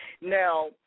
Now